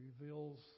reveals